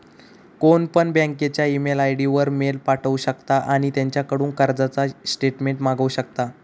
कोणपण बँकेच्या email ID वर मेल पाठवु शकता आणि त्यांच्याकडून कर्जाचा ईस्टेटमेंट मागवु शकता